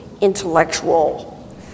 intellectual